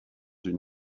une